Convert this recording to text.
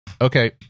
Okay